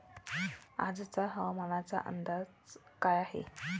आजचा हवामानाचा अंदाज काय आहे?